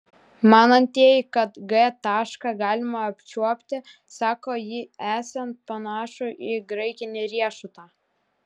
manantieji kad g tašką galima apčiuopti sako jį esant panašų į graikinį riešutą